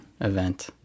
event